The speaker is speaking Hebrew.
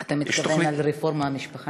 את מתכוון לרפורמת "משפחה נטו"?